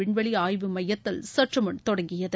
விண்வெளி ஆய்வு மையத்தில் சற்று முன் தொடங்கியது